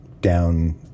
down